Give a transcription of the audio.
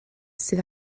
sydd